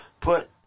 put